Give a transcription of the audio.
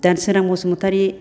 Dansorang Basumatary